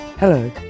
Hello